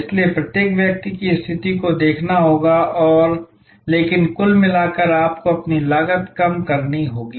इसलिए प्रत्येक व्यक्ति की स्थिति को देखना होगा और लेकिन कुल मिलाकर आपको अपनी लागत लगातार कम करनी होगी